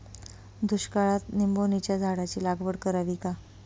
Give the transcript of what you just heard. दुष्काळात निंबोणीच्या झाडाची लागवड करावी का?